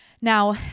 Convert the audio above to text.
Now